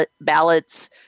ballots